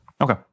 Okay